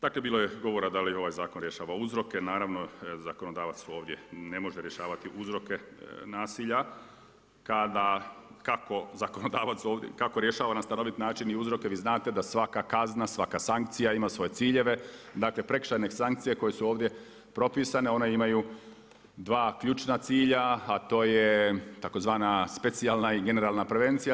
Dakle bilo je govora da li ovaj zakon rješava uzroke, naravno, zakonodavac ovdje ne može rješavati uzroke nasilja kada, kako rješava na stanovit način i uzroke, vi znate da svaka kazna, svaka sankcija ima svoje ciljeve, dakle prekršajnih sankcija koji su ovdje propisane, oni imaju 2 ključna cilja, a to je tzv. specijalna i generalna prevencija.